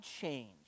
change